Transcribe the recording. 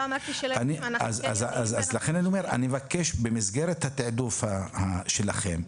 אז לכן, אני מבקש שבמסגרת התיעדוף שלכם,